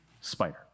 spider